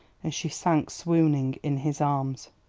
and she sank swooning in his arms.